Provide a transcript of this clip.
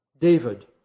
David